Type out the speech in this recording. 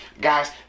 Guys